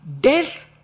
death